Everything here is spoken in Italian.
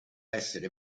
essere